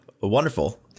wonderful